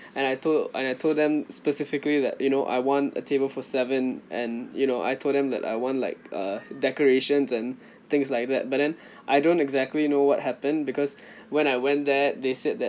and I told and I told them specifically that you know I want a table for seven and you know I told them that I want like uh decorations and things like that but then I don't exactly know what happened because when I went there they said that